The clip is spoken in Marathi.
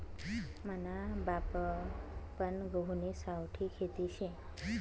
मना बापपन गहुनी सावठी खेती शे